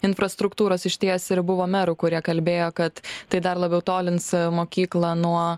infrastruktūros išties ir buvo merų kurie kalbėjo kad tai dar labiau tolins mokyklą nuo